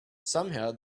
somehow